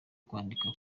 kwandika